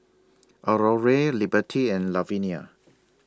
Aurore Liberty and Lavinia